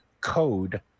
code